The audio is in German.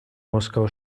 moskau